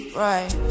right